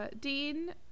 Dean